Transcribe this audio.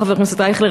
חבר הכנסת אייכלר,